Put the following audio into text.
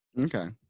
Okay